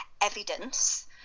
evidence